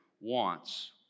wants